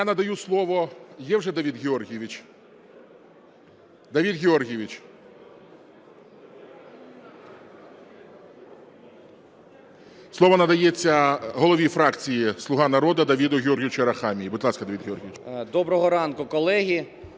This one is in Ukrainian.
Доброго ранку, колеги!